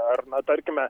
ar na tarkime